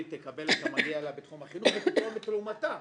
תקבל את המגיע לה בתחום החינוך ותתרום את תרומתה.